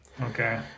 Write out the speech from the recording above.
Okay